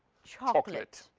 chocolate.